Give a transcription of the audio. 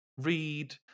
read